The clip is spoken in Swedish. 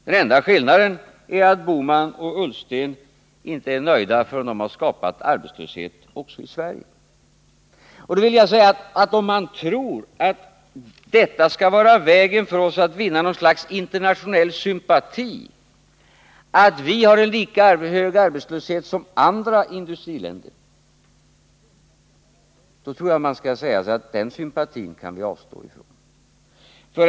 Den enda skillnaden är att Gösta Bohman och Ola Ullsten inte är nöjda förrän de har skapar arbetslöshet också i Sverige. Om man menar att detta, att Sverige skulle ha en lika hög arbetslöshet som andra industriländer, är en väg för oss att vinna något slags internationell sympati, så tror jag man skall säga sig att den sympatin kan vi avstå från.